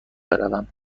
بروم